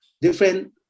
different